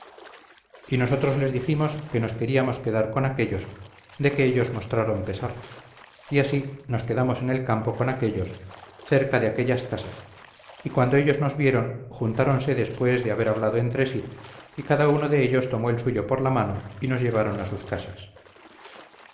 y nosotros les dijimos que nos queríamos quedar con aquéllos de que ellos mostraron pesar y así nos quedamos en el campo con aquéllos cerca de aquellas casas y cuando ellos nos vieron juntáronse después de haber hablado entre sí y cada uno de ellos tomó el suyo por la mano y nos llevaron a sus casas